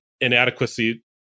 inadequacy